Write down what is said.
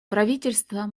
правительство